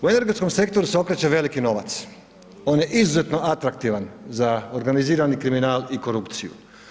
U energetskom sektoru se okreće veliki novac, on je izuzetno atraktivan za organizirani kriminal i korupciju.